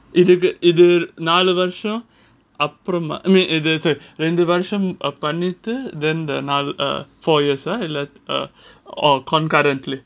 இதுக்கு இது நாலு வருஷம் அப்புறம் ரெண்டு வருஷம் பண்ணிட்டு:adhuku idhu nalu varusam apuram rendu varusam pannitu four years அ இல்ல:a illa concurrently